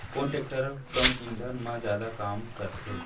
कोन टेकटर कम ईंधन मा जादा काम करथे?